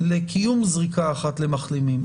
לקיום זריקה אחת למחלימים.